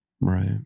Right